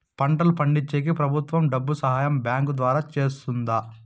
పంటలు పండించేకి ప్రభుత్వం డబ్బు సహాయం బ్యాంకు ద్వారా చేస్తుందా?